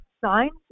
science